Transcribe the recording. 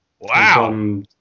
wow